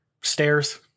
stairs